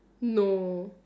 no